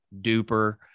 duper